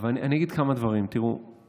אני אגיד כמה דברים כלליים.